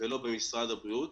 זה לא במשרד הבריאות.